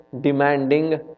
demanding